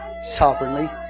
sovereignly